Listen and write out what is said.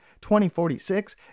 2046